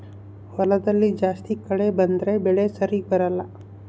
ಹೊಲದಲ್ಲಿ ಜಾಸ್ತಿ ಕಳೆ ಬಂದ್ರೆ ಬೆಳೆ ಸರಿಗ ಬರಲ್ಲ